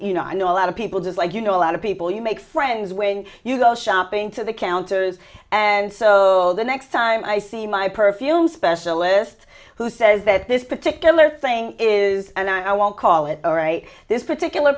you know i know a lot of people just like you know a lot of people you make friends when you go shopping to the counters and so the next time i see my perfume specialist who says that this particular thing is and i won't call it or a this particular